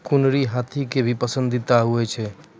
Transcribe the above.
कुनरी हाथी के भी पसंदीदा खाद्य होय छै